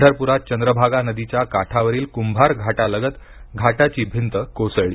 पंढरप्रात चंद्रभागा नदीच्या काठावरील कुभार घाटालगत घाटाची भिंत कोसळली